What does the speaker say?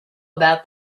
about